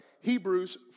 Hebrews